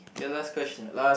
okay last question